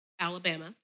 Alabama